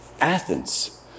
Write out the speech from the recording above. Athens